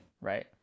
right